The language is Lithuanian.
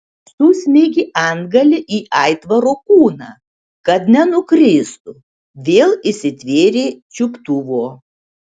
susmeigė antgalį į aitvaro kūną kad nenukristų vėl įsitvėrė čiuptuvo